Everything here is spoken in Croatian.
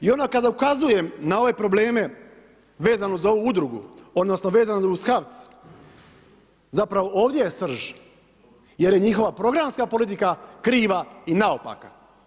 I ono kada ukazujem na ove probleme vezano za ovu udrugu odnosno vezano uz HAVC zapravo ovdje je srž jer je njihova programska politika kriva i naopaka.